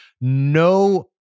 no